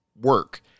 work